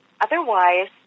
otherwise